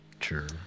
Sure